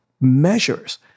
measures